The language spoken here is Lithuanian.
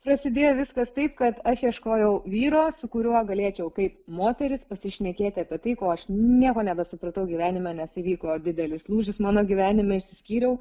prasidėjo viskas taip kad aš ieškojau vyro su kuriuo galėčiau kaip moteris pasišnekėti apie tai ko aš nieko nebesupratau gyvenime nes įvyko didelis lūžis mano gyvenime išsiskyriau